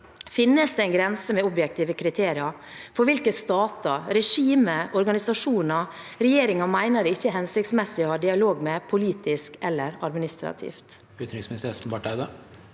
Finnes det en grense, med objektive kriterier, for hvilke stater, regimer og organisasjoner regjeringen mener det ikke er hensiktsmessig å ha dialog med politisk eller administrativt?